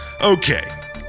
Okay